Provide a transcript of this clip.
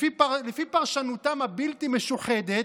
לפי פרשנותם הבלתי-משוחדת,